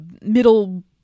middle